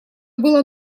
было